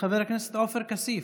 חבר הכנסת עופר כסיף,